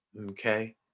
okay